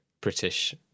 British